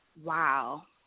Wow